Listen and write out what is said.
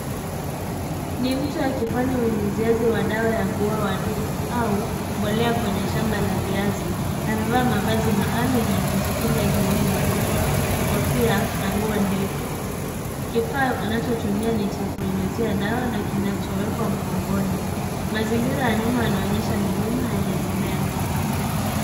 Ni mtu akifanya unyunyuziaji wa dawa ya kuua wadudu au mbolea kwenye shamba la viazi. Amevaa mavazi maalum ya kujikinga ikiwemo barakoa, kofia na nguo ndefu. Kifaa anachotumia ni cha kunyunyuziia dawa na kinachowekwa mgongoni. Mazingira ya nyuma yanaonyesha milima yenye mimea.